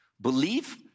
Belief